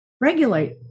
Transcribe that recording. regulate